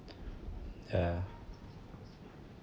uh